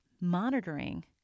monitoring